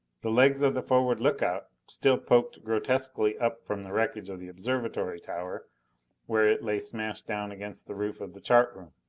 the legs of the forward lookout still poked grotesquely up from the wreckage of the observatory tower where it lay smashed down against the roof of the chart room.